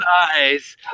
eyes